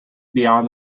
beyond